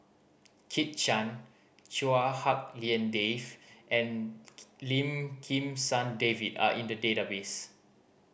Kit Chan Chua Hak Lien Dave and Lim Kim San David are in the database